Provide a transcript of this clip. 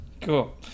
Cool